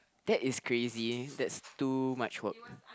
that is crazy that's too much work